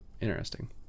Interesting